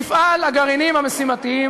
מפעל הגרעינים המשימתיים,